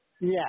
Yes